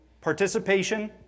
Participation